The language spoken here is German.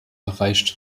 erreicht